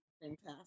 fantastic